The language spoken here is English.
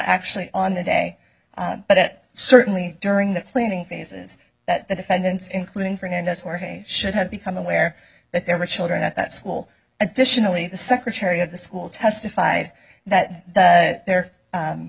actually on the day but it certainly during the planning phases that the defendants including fernandez jorge should have become aware that there were children at that school additionally the secretary of the school testified that there the